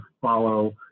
follow